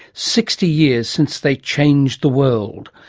sixty years since they changed the world.